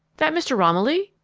that mr. romilly?